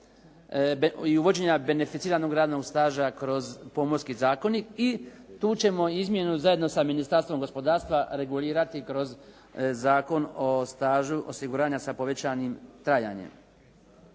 i uvođenja beneficiranog radnog staža kroz Pomorski zakonik i tu ćemo izmjenu zajedno sa Ministarstvom gospodarstva regulirati kroz Zakon o stažu osiguranja sa povećanim trajanjem.